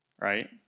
right